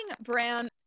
brown